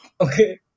Okay